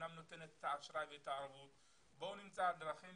אמנם היא נותנת את האשראי ואת הערבות אבל בואו נמצא דרכים